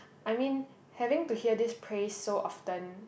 I mean having to hear this praise so often